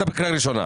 אתה בקריאה ראשונה.